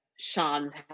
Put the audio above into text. Sean's